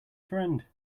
friend